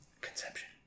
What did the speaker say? Conception